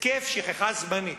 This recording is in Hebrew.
התקף שכחה זמני.